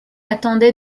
attendait